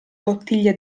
bottiglia